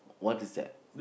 what is that